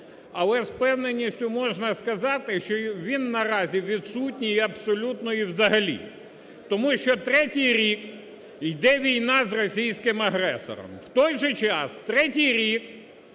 але з впевненістю можна сказати, що він наразі відсутній абсолютно і взагалі. Тому що третій рік іде війна з російським агресором, в той же час третій рік